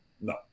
no